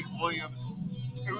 Williams